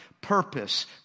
purpose